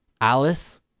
Alice